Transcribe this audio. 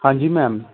ਹਾਂਜੀ ਮੈਮ